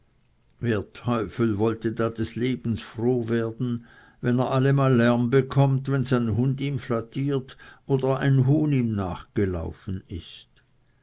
teufel wollte da des lebens froh werden wenn er allemal lärm bekommt wenn sein hund ihm flattiert hat oder ein huhn ihm nachgelaufen ist